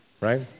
right